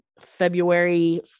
February